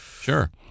Sure